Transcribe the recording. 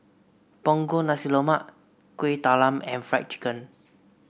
Punggol Nasi Lemak Kueh Talam and Fried Chicken